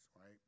right